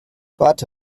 warte